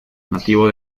nativo